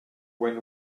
when